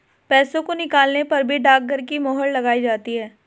पैसों को निकालने पर भी डाकघर की मोहर लगाई जाती है